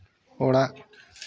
ᱚᱲᱟᱜ